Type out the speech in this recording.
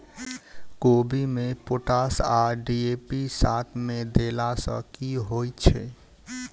कोबी मे पोटाश आ डी.ए.पी साथ मे देला सऽ की होइ छै?